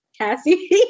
Cassie